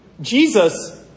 Jesus